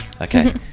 Okay